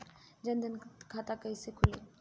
जनधन खाता कइसे खुली?